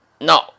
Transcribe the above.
No